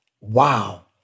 wow